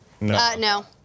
No